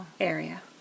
area